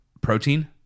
protein